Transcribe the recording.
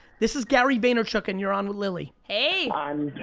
this is gary vaynerchuk and you're on with lilly. hey. i'm,